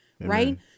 Right